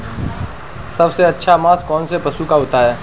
सबसे अच्छा मांस कौनसे पशु का होता है?